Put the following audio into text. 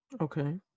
okay